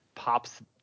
Pops